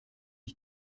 ich